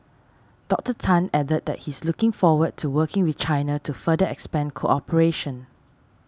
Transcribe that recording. Doctor Tan added that he is looking forward to working with China to further expand cooperation